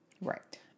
Right